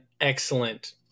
excellent